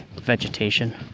vegetation